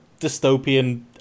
dystopian